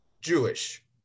Jewish